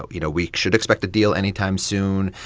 ah you know, we should expect a deal anytime soon.